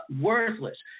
worthless